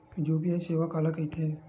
UPI सेवा काला कइथे?